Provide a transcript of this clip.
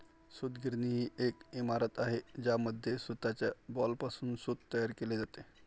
सूतगिरणी ही एक इमारत आहे ज्यामध्ये सूताच्या बॉलपासून सूत तयार केले जाते